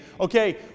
okay